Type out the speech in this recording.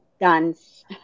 dance